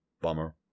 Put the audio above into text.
Bummer